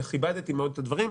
וכיבדתי מאוד את הדברים,